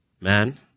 man